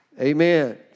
Amen